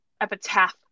epitaph